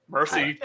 Mercy